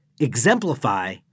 exemplify